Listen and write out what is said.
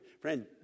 Friend